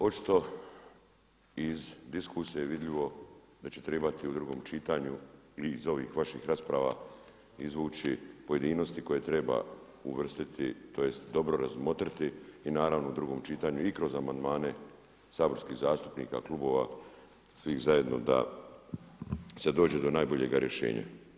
Očito iz diskusije je vidljivo da će trebati u drugom čitanju i iz ovih vaših rasprava izvući pojedinosti koje treba uvrstiti tj. dobro razmotriti i naravno u drugom čitanju i kroz amandmane saborskih zastupnika, klubova klubova, svih zajedno da se dođe do najboljega rješenja.